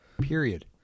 Period